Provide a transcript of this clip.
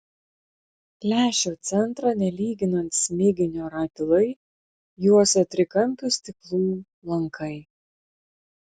lęšio centrą nelyginant smiginio ratilai juosė trikampių stiklų lankai